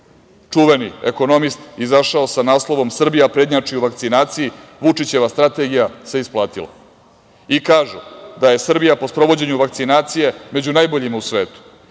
čuveni ekonomist, izašao sa naslovom – Srbija prednjači u vakcinaciji, Vučićeva strategija se isplatila. I kažu da je Srbija po sprovođenju vakcinacije među najboljima u svetu.